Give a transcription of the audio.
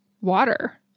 Water